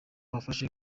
wafashe